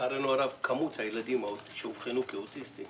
לצערנו הרב מספר הילדים שאובחנו כאוטיסטים